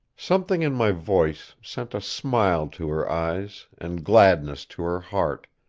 something in my voice sent a smile to her eyes and gladness to her heart,